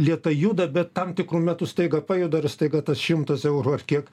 lėtai juda bet tam tikru metu staiga pajuda ir staiga tas šimtas eurų ar kiek